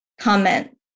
comment